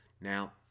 Now